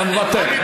מוותר.